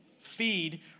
Feed